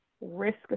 risk